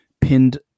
pinned